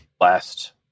last